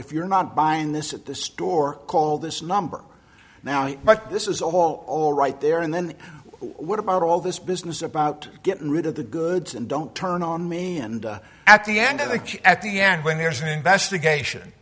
if you're not buying this at the store call this number now but this is all all right there and then what about all this business about getting rid of the goods and don't turn on me and at the end of the queue at the end when there's an investigation